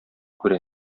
күрә